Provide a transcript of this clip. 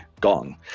Gong